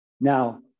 now